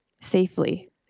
safely